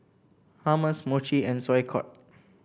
Hummus Mochi and Sauerkraut